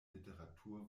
literatur